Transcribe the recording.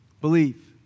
Believe